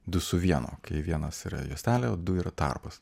du su vienu kai vienas yra juostelė du yra tarpas